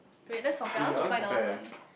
wait let's compare I want to find the last one